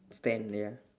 stand ya